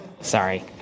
Sorry